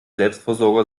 selbstversorger